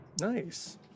Nice